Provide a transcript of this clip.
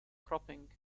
cropping